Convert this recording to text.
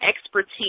expertise